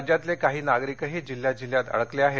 राज्यातले काही नागरिकही जिल्ह्या जिल्ह्यात अडकले आहेत